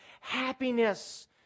happiness